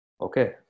Okay